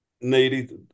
needy